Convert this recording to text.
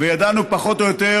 וידענו פחות או יותר